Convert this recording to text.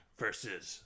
versus